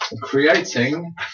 creating